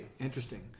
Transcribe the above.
Interesting